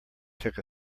took